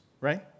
right